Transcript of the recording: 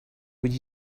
would